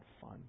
fun